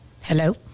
hello